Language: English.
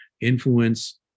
influence